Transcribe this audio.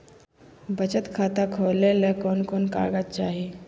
बचत खाता खोले ले कोन कोन कागज चाही?